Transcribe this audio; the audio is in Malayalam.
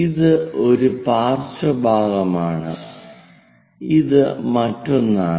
ഇത് ഒരു പാർശ്വഭാഗമാണ് ഇത് മറ്റൊന്നാണ്